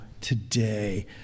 today